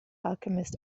alchemist